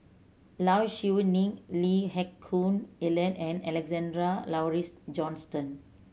Low Siew Nghee Lee Heck Koon Ellen and Alexander Laurie's Johnston